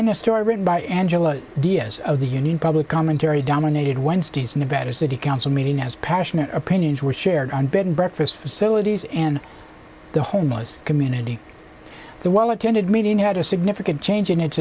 in a story written by angela dia's of the union public commentary dominated wednesday's new better city council meeting as passionate opinions were shared on bed and breakfast facilities and the homeless community the well attended meeting had a significant change in it